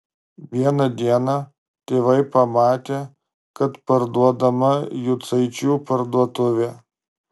vieną dieną tėvai pamatė kad parduodama jucaičių parduotuvė